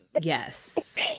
Yes